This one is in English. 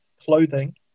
clothing